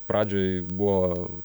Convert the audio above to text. pradžioj buvo